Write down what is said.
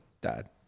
dad